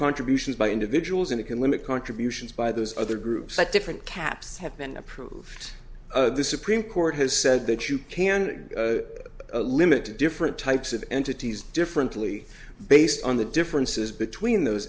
contributions by individuals and it can limit contributions by those other groups that different caps have been approved this supreme court has said that you can limit to different types of entities differently based on the differences between those